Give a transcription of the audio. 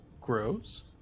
grows